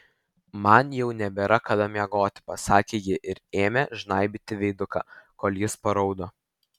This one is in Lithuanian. man jau nebėra kada miegoti pasakė ji ir ėmė žnaibyti veiduką kol jis paraudo